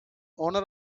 owner